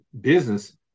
business